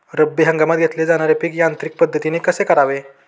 रब्बी हंगामात घेतले जाणारे पीक यांत्रिक पद्धतीने कसे करावे?